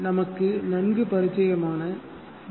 நமக்கு நன்கு பரிச்சயமான டி